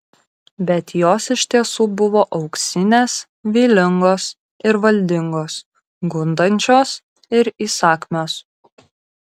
bet jos iš tiesų buvo auksinės vylingos ir valdingos gundančios ir įsakmios